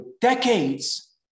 decades